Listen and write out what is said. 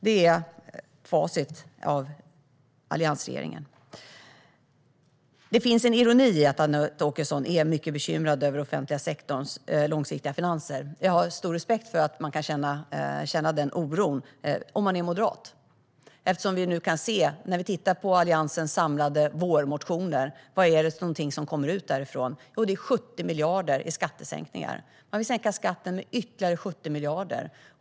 Det är facit av alliansregeringen. Det finns en ironi i att Anette Åkesson är mycket bekymrad över offentliga sektorns långsiktiga finanser. Jag har stor respekt för att man kan känna den oron om man är moderat. När vi tittar på Alliansens samlade vårmotioner kan vi se vad som kommer ut därifrån. Det är 70 miljarder i skattesänkningar. Man vill sänka skatten med ytterligare 70 miljarder.